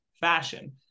fashion